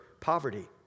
poverty